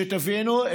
שתבינו,